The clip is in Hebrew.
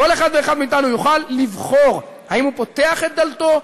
כל אחד ואחד מאתנו יוכל לבחור האם הוא פותח את דלתו,